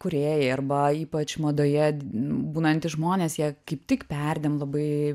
kūrėjai arba ypač madoje būnantys žmonės jie kaip tik perdėm labai